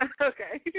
Okay